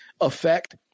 effect